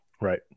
Right